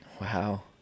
Wow